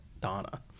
donna